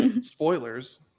spoilers